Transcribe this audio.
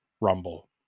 Rumble